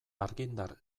argindar